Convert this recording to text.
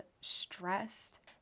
stressed